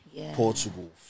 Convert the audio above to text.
Portugal